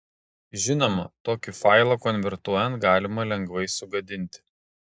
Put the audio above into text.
žinoma tokį failą konvertuojant galima lengvai sugadinti